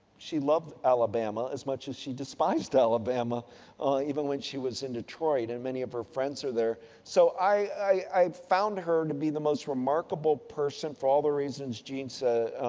she love alabama as much as she despised alabama even when she was in detroit and many of her friends were there. so i found her to be the most remarkable person for all the reason jeanne said.